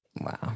Wow